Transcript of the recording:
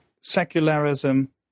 Secularism